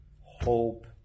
hope